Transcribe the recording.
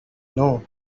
know